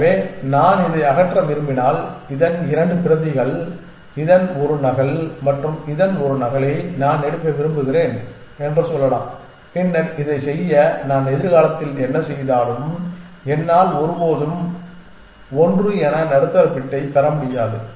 எனவே நான் இதை அகற்ற விரும்பினால் இதன் 2 பிரதிகள் இதன் ஒரு நகல் மற்றும் இதன் ஒரு நகலை நான் எடுக்க விரும்புகிறேன் என்று சொல்லலாம் பின்னர் இதைச் செய்ய நான் எதிர்காலத்தில் என்ன செய்தாலும் என்னால் ஒருபோதும் 1 என நடுத்தர பிட்டைப் பெற முடியாது